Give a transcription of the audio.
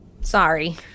Sorry